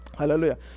Hallelujah